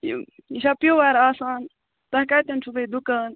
یہِ یہِ چھا پِوَر آسان تۄہہِ کَتیٚن چھُو بیٚیہِ دُکان